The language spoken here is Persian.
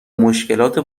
مشکلات